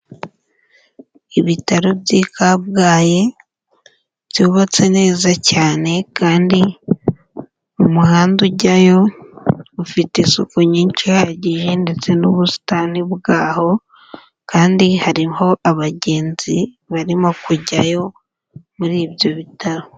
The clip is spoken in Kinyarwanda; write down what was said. Ibitaro by'i Kabgayi byubatse neza cyane kandi umuhanda ujyayo ufite isuku nyinshi ihagije ndetse n'ubusitani bwaho, kandi hariho abagenzi barimo kujyayo muri ibyo bitaro.